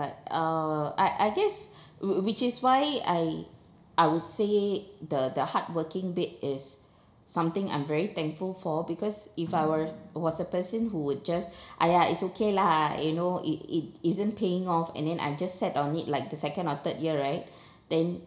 ~ut uh I I guess which is why I I would say the the hardworking bit is something I'm very thankful for because if I were a was a person who would just !aiya! it's okay lah you know it it isn't paying off and then I just sat on it like the second or third year right then